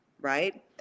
right